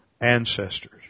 ancestors